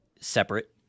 separate